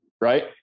Right